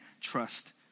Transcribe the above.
trust